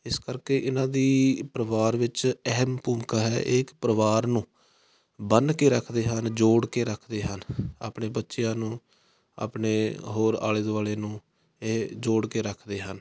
ਇਸ ਕਰਕੇ ਇਹਨਾਂ ਦੀ ਪਰਿਵਾਰ ਵਿੱਚ ਅਹਿਮ ਭੂਮਿਕਾ ਹੈ ਇਹ ਇੱਕ ਪਰਿਵਾਰ ਨੂੰ ਬੰਨ ਕੇ ਰੱਖਦੇ ਹਨ ਜੋੜ ਕੇ ਰੱਖਦੇ ਹਨ ਆਪਣੇ ਬੱਚਿਆਂ ਨੂੰ ਆਪਣੇ ਹੋਰ ਆਲ਼ੇ ਦੁਆਲ਼ੇ ਨੂੰ ਇਹ ਜੋੜ ਕੇ ਰੱਖਦੇ ਹਨ